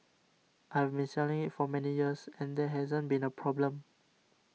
I have been selling it for many years and there hasn't been a problem